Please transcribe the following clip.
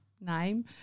name